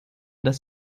dass